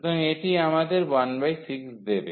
সুতরাং এটি আমাদের 16 দেবে